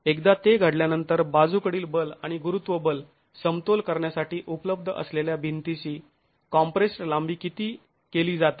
एकदा ते घडल्यानंतर बाजूकडील बल आणि गुरुत्व बल समतोल करण्यासाठी उपलब्ध असलेल्या भिंतीची कॉम्प्रेस्ड् लांबी कमी केली जाते